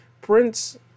Prince